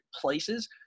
places